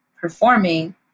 performing